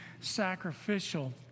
sacrificial